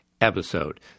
Episode